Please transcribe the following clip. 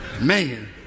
Man